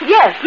Yes